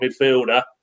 midfielder